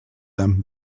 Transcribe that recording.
them